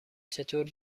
چطور